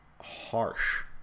harsh